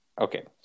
Okay